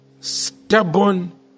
stubborn